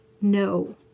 no